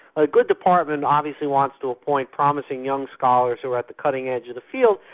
a good department obviously wants to appoint promising young scholars who are at the cutting edge of the field,